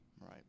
Right